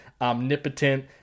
omnipotent